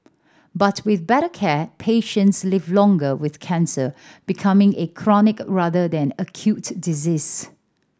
but with better care patients live longer with cancer becoming a chronic rather than acute disease